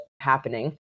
happening